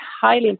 highly